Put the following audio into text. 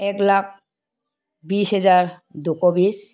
এক লাখ বিশ হেজাৰ দুশ বিশ